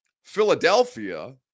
Philadelphia